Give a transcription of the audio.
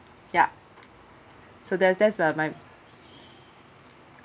ya so that that were my